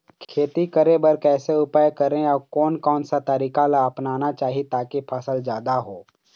खेती करें बर कैसे उपाय करें अउ कोन कौन सा तरीका ला अपनाना चाही ताकि फसल जादा हो?